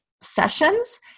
sessions